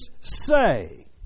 say